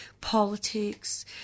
politics